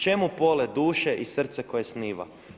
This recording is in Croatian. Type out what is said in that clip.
Čemu polet duše i srce koje snima?